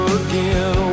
again